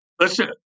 listen